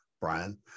Brian